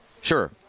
Sure